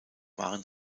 waren